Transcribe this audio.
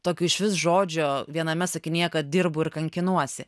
tokių išvis žodžio viename sakinyje kad dirbu ir kankinuosi